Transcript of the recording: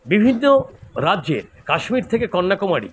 বিভিন্ন রাজ্যের কাশ্মীর থেকে কন্যাকুমারী